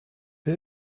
who